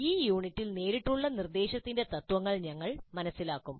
ഈ യൂണിറ്റിൽ നേരിട്ടുള്ള നിർദ്ദേശത്തിന്റെ തത്ത്വങ്ങൾ ഞങ്ങൾ മനസ്സിലാക്കും